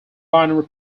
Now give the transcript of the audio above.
binary